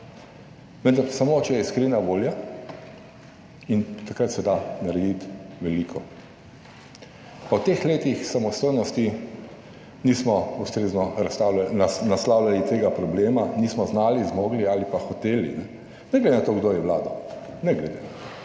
vendar samo, če je iskrena volja in takrat se da narediti veliko. Po teh letih samostojnosti nismo ustrezno naslavljali tega problema, nismo znali, zmogli ali pa hoteli, ne glede na to kdo je vladal, ne glede,